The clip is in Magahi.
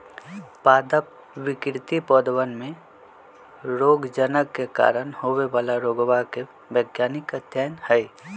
पादप विकृति पौधवन में रोगजनक के कारण होवे वाला रोगवा के वैज्ञानिक अध्ययन हई